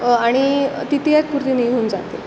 आणि जाते